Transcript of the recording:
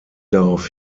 darauf